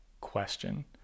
question